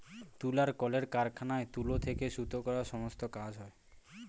তুলার কলের কারখানায় তুলো থেকে সুতো করার সমস্ত কাজ হয়